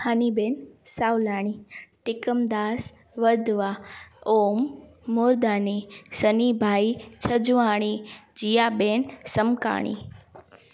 honey ben Savlani Tekam Das Wadhwa Om Murdani Sunny bhai Chhajwani Jiya ben Samkani